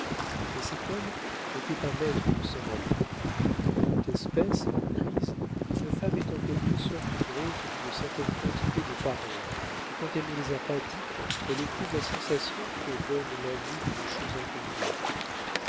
mais cet homme n'était pas maître de s'en aller en toute espèce de crise une femme est en quelque sorte grosse d'une certaine quantité de paroles et quand elle ne les a pas dites elle éprouve la sensation que donne la vue d'une chose incomplète